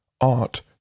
Art